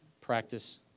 practice